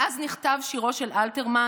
מאז נכתב שירו של אלתרמן,